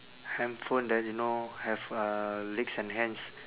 handphone that you know have uh legs and hands